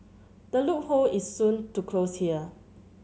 the loophole is soon to close here